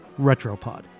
Retropod